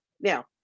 Now